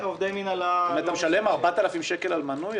אתה משלם 4,600 שקל על מנוי?